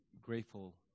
grateful